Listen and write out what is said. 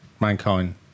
Mankind